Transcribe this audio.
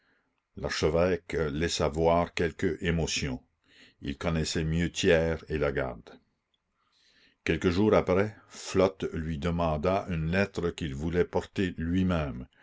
l'archevêque laissa voir quelque émotion il connaissait mieux thiers et lagarde quelques jours après flotte lui demanda une lettre qu'il voulait porter lui-même